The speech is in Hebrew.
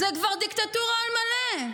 זה כבר דיקטטורה על מלא.